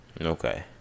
Okay